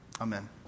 Amen